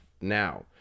now